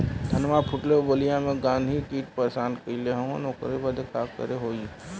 धनवा फूटले पर बलिया में गान्ही कीट परेशान कइले हवन ओकरे बदे का करे होई?